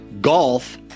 Golf